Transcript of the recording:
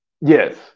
Yes